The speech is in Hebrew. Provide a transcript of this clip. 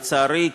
לצערי,